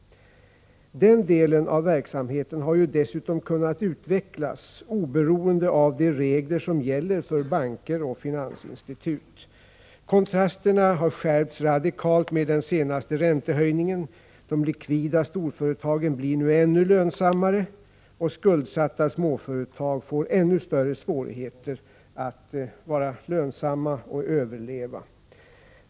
Den delen av verksamheten har dessutom kunnat utvecklas oberoende av de regler som gäller för banker och finansinstitut. Kontrasterna har skärpts radikalt med den senaste räntehöjningen. De likvida storföretagen blir nu ännu lönsammare, och skuldsatta småföretag får ännu större svårigheter att vara lönsamma och överleva.